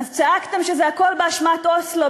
אז צעקתם שהכול באשמת אוסלו.